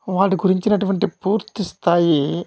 వాటి గురించినటువంటి పూర్తి స్థాయి